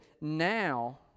now